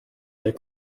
their